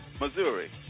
Missouri